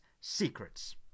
Secrets